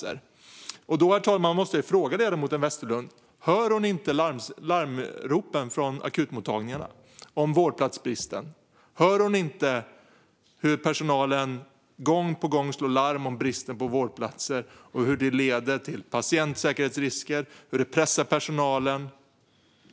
Jag måste, herr talman, fråga ledamoten Westerlund: Hör hon inte larmropen från akutmottagningarna om vårdplatsbristen? Hör hon inte hur personalen gång på gång slår larm om bristen på vårdplatser och hur den leder till patientsäkerhetsrisker och pressar personalen?